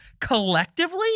collectively